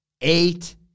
eight